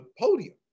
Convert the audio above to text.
podium